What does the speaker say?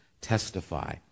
testify